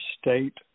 state